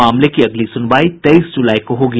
मामले की अगली सुनवाई तेईस जुलाई को होगी